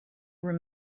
were